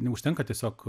neužtenka tiesiog